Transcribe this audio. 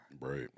Right